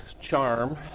charm